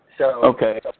Okay